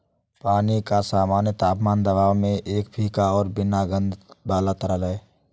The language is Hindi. पानी का सामान्य तापमान दबाव में एक फीका और बिना गंध वाला तरल है